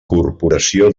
corporació